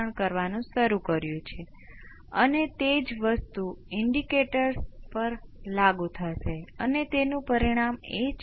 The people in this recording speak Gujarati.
તેથી આપણે એવી વસ્તુથી શરૂઆત કરી છે જે અચળ છે હવે આપણે એવી વસ્તુ પર જઈશું જે થોડી વધુ જટિલ છે